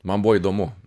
man buvo įdomu